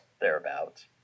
Thereabouts